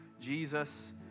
Jesus